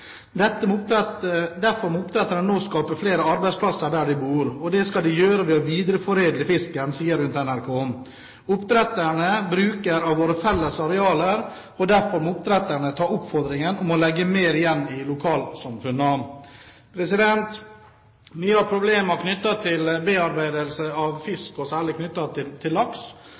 nå skape flere arbeidsplasser der de bor, og det skal de gjøre ved å videreforedle fisken, sier hun til NRK. Oppdretterne bruker av våre felles arealer, og derfor må oppdretterne ta oppfordringen om å legge mer igjen i lokalsamfunnene.» Mange av problemene knyttet til bearbeidelse av fisk, og særlig av laks, er knyttet til